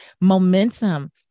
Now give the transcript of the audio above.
Momentum